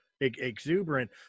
exuberant